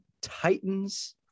Titans